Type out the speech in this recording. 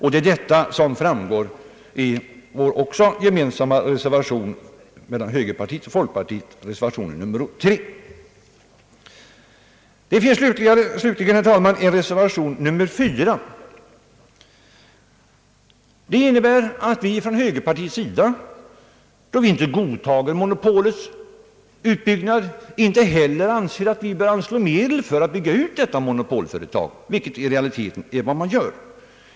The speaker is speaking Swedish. Det är detta som framgår av högerpartiets och folkpartiets gemensamma reservation, betecknad med 3. Vidare har, herr talman, avgivits reservation 4. Den innebär att vi från högerpartiets sida inte godtar monopolets utbyggnad. Vi anser inte heller att det bör anslås medel för att bygga ut detta monopolföretag, vilket i realiteten är vad man föreslår.